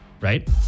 right